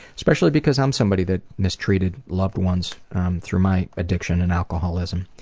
especially because i'm somebody that mistreated loved ones through my addiction and alcoholism.